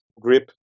grip